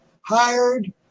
hired